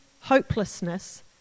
hopelessness